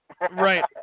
Right